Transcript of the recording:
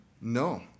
No